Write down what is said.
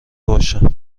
باشم